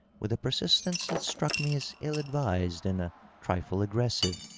with a per sistence that struck me as ill advised and a trifle aggressive,